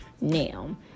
now